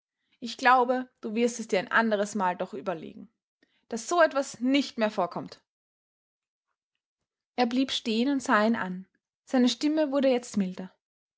ich glaube du wirst es dir ein anderes mal doch überlegen daß so etwas nicht mehr vorkommt er blieb stehen und sah ihn an seine stimme wurde jetzt milder